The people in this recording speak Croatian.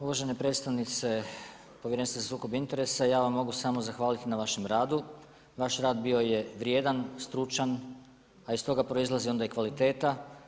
Uvažena predstavnice Povjerenstva za sukob interesa, ja vam mogu samo zahvaliti na vašem radu, vaš rad bio je vrijedan, stručan a iz toga proizlazi onda i kvaliteta.